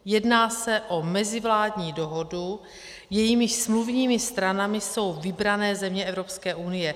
Jedná se o mezivládní dohodu, jejímiž smluvními stranami jsou vybrané země Evropské unie.